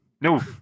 no